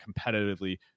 competitively